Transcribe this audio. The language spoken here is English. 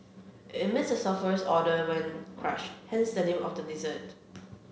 it emits a sulphurous odour when crushed hence the name of the dessert